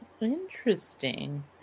Interesting